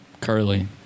curly